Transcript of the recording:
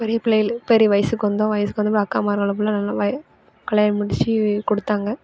பெரிய பிள்ளைகள் பெரிய வயசுக்கு வந்தோம் வயசுக்கு வந்ததுக்கப் அக்கா மாறுங்கள புல்லா நல்லா வயி கல்யாணம் முடித்து கொடுத்தாங்க